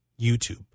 YouTube